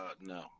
No